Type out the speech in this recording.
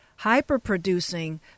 hyper-producing